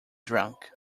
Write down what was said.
drunk